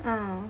mm